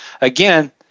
again